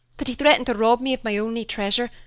that he threatened to rob me of my only treasure,